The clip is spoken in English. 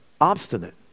obstinate